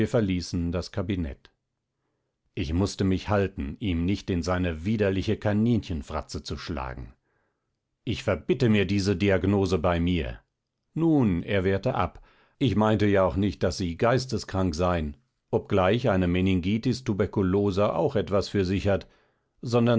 verließen das kabinett ich mußte mich halten ihm nicht in seine widerliche kaninchenfratze zu schlagen ich verbitte mir diese diagnose bei mir nun er wehrte ab ich meinte ja auch nicht daß sie geisteskrank seien obgleich eine meningitis tuberculosa auch etwas für sich hat sondern